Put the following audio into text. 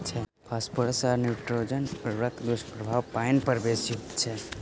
phosphorus आ nitrogen उर्वरकक दुष्प्रभाव पाइन पर बेसी होइत छै